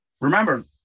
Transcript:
remember